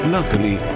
Luckily